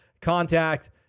contact